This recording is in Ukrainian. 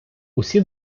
усі